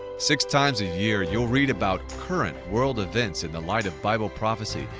six times a year, you'll read about current world events in the light of bible prophecy,